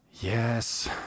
yes